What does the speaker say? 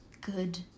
good